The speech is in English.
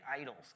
idols